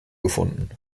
gefunden